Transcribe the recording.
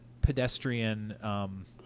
pedestrian